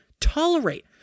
tolerate